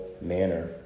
manner